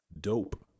dope